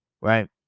right